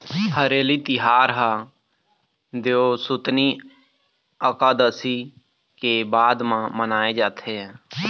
हरेली तिहार ह देवसुतनी अकादसी के बाद म मनाए जाथे